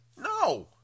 No